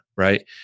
right